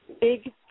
big